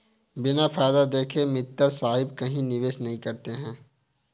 बिना फायदा देखे मित्तल साहब कहीं निवेश नहीं करते हैं